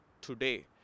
today